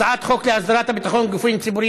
הצעת חוק להסדרת הביטחון בגופים ציבוריים